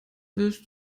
willst